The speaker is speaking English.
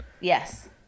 Yes